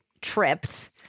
tripped